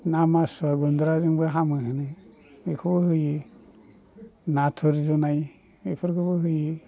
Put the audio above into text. ना मासुन्द्राजोंबो हामो होनो बेखौबो होयो नाथुर जुनाय इफोरखौबो होयो